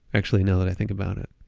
actually, now that i think about it.